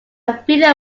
video